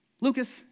Lucas